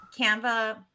Canva